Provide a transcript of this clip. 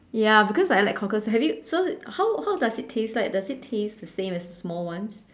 ya because I like cockles have you so how how does it taste like does it taste the same as the small ones